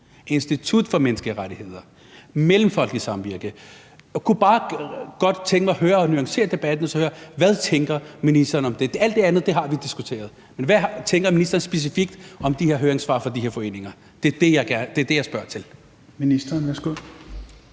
Institut for Menneskerettigheder, Mellemfolkeligt Samvirke. Jeg kunne bare godt tænke mig at nuancere debatten og høre, hvad ministeren tænker om det. Alt det andet har vi diskuteret. Men hvad tænker ministeren specifikt om de her høringssvar fra de her foreninger? Det er det, jeg spørger til.